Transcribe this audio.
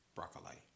Broccoli